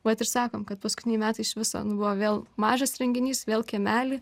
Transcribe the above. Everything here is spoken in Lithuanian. vat ir sakom kad paskutiniai metai iš viso nu buvo vėl mažas renginys vėl kiemely